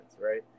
right